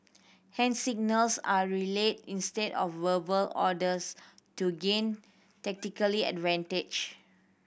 hand signals are relayed instead of verbal orders to gain tactically advantage